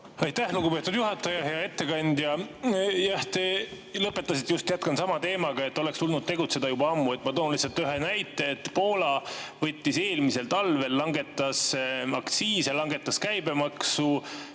Aitäh, lugupeetud juhataja! Hea ettekandja! Te lõpetasite just, jätkan sama teemaga, et oleks tulnud tegutseda juba ammu. Ma toon lihtsalt ühe näite, et Poola eelmisel talvel langetas aktsiise, langetas käibemaksu,